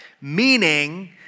Meaning